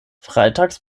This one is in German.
freitags